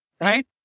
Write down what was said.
Right